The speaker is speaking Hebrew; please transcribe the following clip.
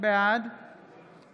בעד